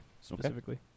specifically